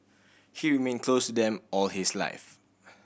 he remained close to them all his life